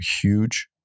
huge